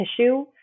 tissue